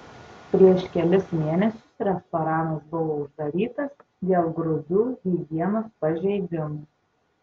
prieš kelis mėnesius restoranas buvo uždarytas dėl grubių higienos pažeidimų